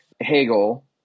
Hegel